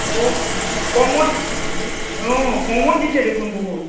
অ কমত অ কমত দিছে দেখোন বহুত